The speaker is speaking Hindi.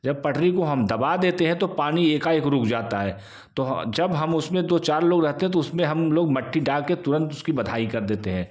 जब पटरी को हम दबा देते हैं तो पानी एकाएक रुक जाता है तो ह जब हम उस में दो चार लोग रहते हैं तो उस में हम लोग मट्टी डाल कर तुरंत उसकी बंधाई कर देते हैं